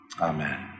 Amen